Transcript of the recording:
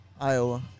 Iowa